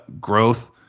growth